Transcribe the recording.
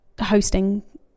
hosting